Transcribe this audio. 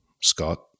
Scott